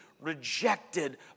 rejected